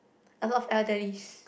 a lot of elderlies